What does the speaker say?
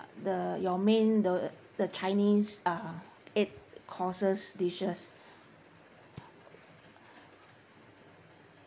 the your main the the chinese uh eight courses dishes